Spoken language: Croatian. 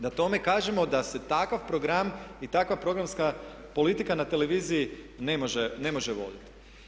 Da tome kažemo da se takav program i takva programska politika na televiziji na može voditi.